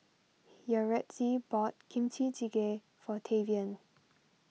Yaretzi bought Kimchi Jjigae for Tavian